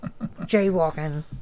jaywalking